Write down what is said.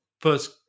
first